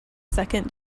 second